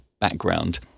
background